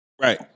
Right